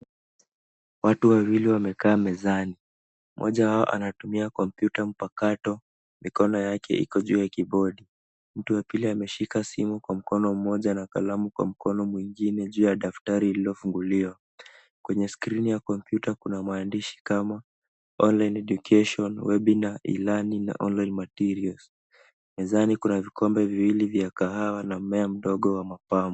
Watu wawili wamekaa mezani, moja wao anatumia kompyuta mpakato mikono yake iko juu kwa keybodi. Mtu wa pili ameshika simu kwa mkono moja na kalamu kwa mkono mwingine juu ya daftari iliyofungiliwa. Kwenye skrini ya kompyuta kuna maandishi kama online education webinar e-learning online materials . Mezani kuna vikombe viwili vya kahawa na mmea mdogo wa mapambo.